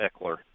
Eckler